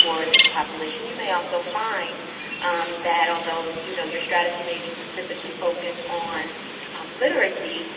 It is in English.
for this population. you may also find that although you know your strategy may be specifically focused on literacy,